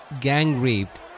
gang-raped